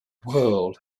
world